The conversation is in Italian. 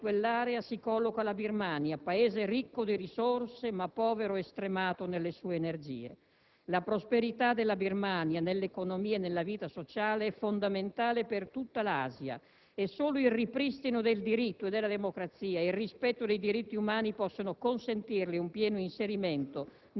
Nella crescita economica di quell'area si colloca la Birmania, Paese ricco di risorse ma povero e stremato nelle sue energie. La prosperità della Birmania nell'economia e nella vita sociale è fondamentale per tutta l'Asia e solo il ripristino del diritto e della democrazia ed il rispetto dei diritti umani possono consentirle